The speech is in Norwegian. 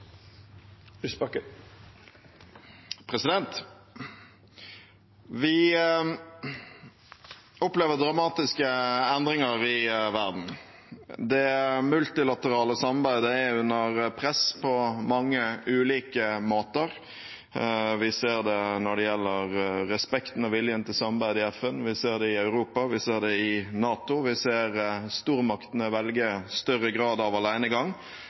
Vi opplever dramatiske endringer i verden. Det multilaterale samarbeidet er under press på mange ulike måter. Vi ser det når det gjelder respekten og viljen til samarbeid i FN, vi ser det i Europa, vi ser det i NATO, vi ser stormaktene velge større grad av alenegang,